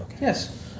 Yes